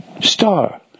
Star